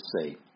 say